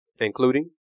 Including